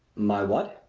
my what?